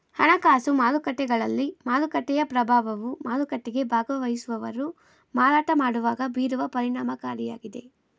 ಹಣಕಾಸು ಮಾರುಕಟ್ಟೆಗಳಲ್ಲಿ ಮಾರುಕಟ್ಟೆಯ ಪ್ರಭಾವವು ಮಾರುಕಟ್ಟೆಗೆ ಭಾಗವಹಿಸುವವರು ಮಾರಾಟ ಮಾಡುವಾಗ ಬೀರುವ ಪರಿಣಾಮಕಾರಿಯಾಗಿದೆ